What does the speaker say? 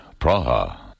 Praha